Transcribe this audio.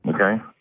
Okay